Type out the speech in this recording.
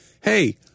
hey